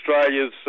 Australia's